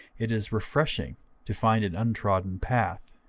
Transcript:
it is refreshing to find an untrodden path.